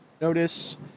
notice